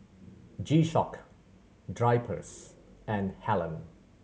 G Shock Drypers and Helen